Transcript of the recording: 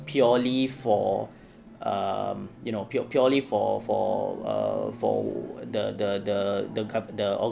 purely for um you know pure purely for for err for the the the com~ the